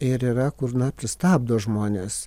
ir yra kur na pristabdo žmones